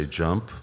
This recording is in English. jump